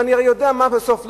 ואני הרי יודע מה בסוף.